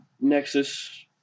nexus